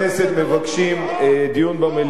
אם חברי הכנסת מבקשים דיון במליאה,